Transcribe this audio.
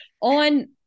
on